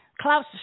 Klaus